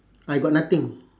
I got nothing